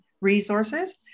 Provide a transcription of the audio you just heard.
resources